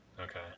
Okay